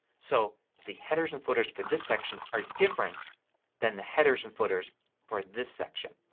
so the headers and footers for this section are different than the headers and footers for this section.